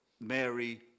Mary